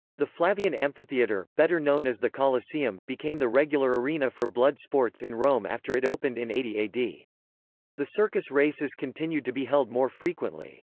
the flavian amphitheatre, better known as the colosseum, became the regular arena for blood sports in rome after it opened in eighty ad. the circus races continued to be held more frequently.